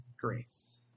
grace